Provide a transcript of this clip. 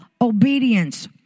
obedience